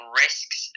risks